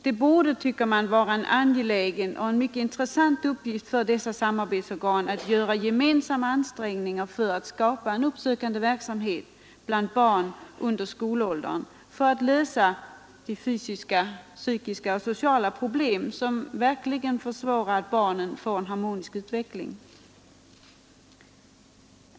Det borde, anser jag, vara en angelägen och mycket intressant uppgift för dessa samarbetsorgan att göra gemensamma ansträngningar för att skapa en uppsökande verksamhet bland barn under skolåldern för att lösa de fysiska, psykiska och sociala problem som verkligen försvårar att barnen får en harmonisk utveckling.